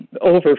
over